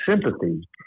sympathy